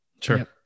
Sure